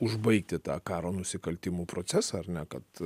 užbaigti tą karo nusikaltimų procesą ar ne kad